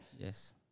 Yes